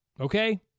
Okay